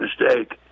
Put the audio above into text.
mistake